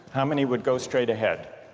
how many would go straight ahead